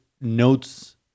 notes